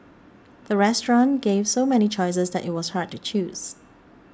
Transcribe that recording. the restaurant gave so many choices that it was hard to choose